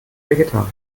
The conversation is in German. vegetarier